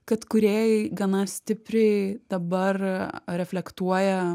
kad kūrėjai gana stipriai dabar reflektuoja